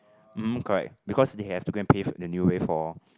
um hum correct because they have to go and pay the new way for